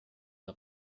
auf